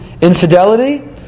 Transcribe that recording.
Infidelity